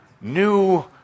new